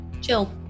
Chill